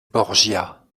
borgia